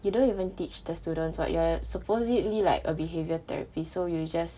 you don't even teach the students [what] you are supposedly like a behaviour therapist so you just